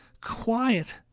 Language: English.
quiet